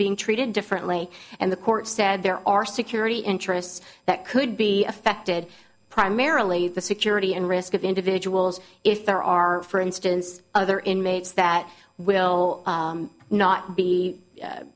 being treated differently and the court said there are security interests that could be affected primarily the security and risk of individuals if there are for instance other inmates that will not be